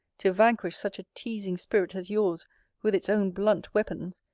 to vanquish such a teasing spirit as your's with its own blunt weapons,